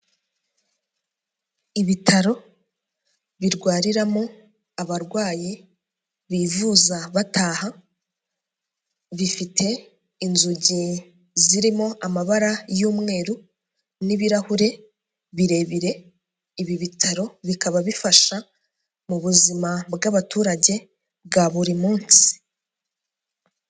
Ibitaro birwariramo abarwayi bivuza bataha, bifite inzugi zirimo amabara y'umweru n'ibirahuri birebire, ibi bitaro bikaba bifasha mu buzima bw'abaturage bwa buri munsi.